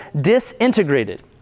disintegrated